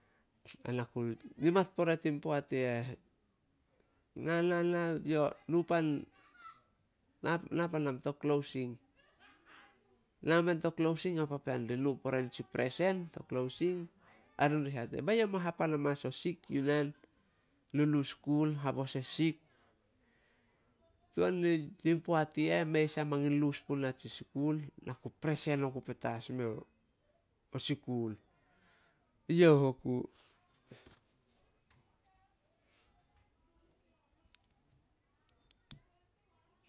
Ai na ku nimat pore tin poat i eh. Na-na-na, yo nu pan, na panam to klosing. Nao men to klosing ao papean ri nu pore nitsi presen to klosing ai run di hate, ba ye mo hapan amanas o sik yu nen. Lulus skul, habos e sik. Tuan ni tin poat i eh, mei sai mangin lus puna tsi sikul. Na ku presen oku petas meo sikul. Youh oku.